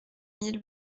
mille